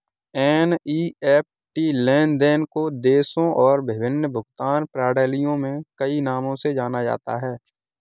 NEFT लेन देन को देशों और विभिन्न भुगतान प्रणालियों में कई नामों से जाना जाता है